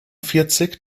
vierzig